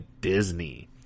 Disney